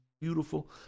beautiful